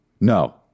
No